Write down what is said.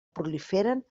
proliferen